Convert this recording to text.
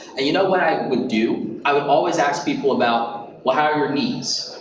you know what i would do? i would always ask people about, well, how are your knees?